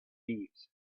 thieves